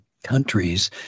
countries